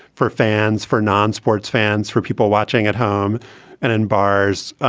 for fans, for non-sports fans, for people watching at home and in bars,